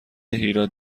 هیراد